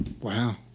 Wow